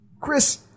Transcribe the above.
Chris